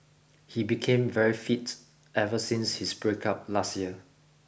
he became very fit ever since his breakup last year